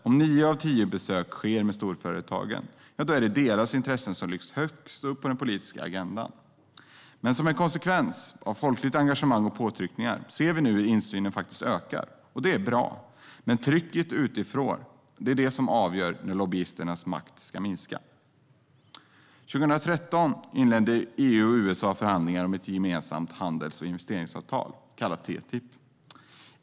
Om nio av tio möten sker med storföretagen är det också deras intressen som lyfts högst upp på den politiska agendan. Men som en konsekvens av folkligt engagemang och påtryckningar ser vi nu att insynen ökar. Det är bra. Det är trycket utifrån som avgör när lobbyisternas makt ska minska. År 2013 inledde EU och USA förhandlingar om ett gemensamt handels och investeringsavtal, kallat TTIP.